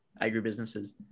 agribusinesses